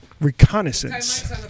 reconnaissance